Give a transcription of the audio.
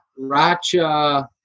Racha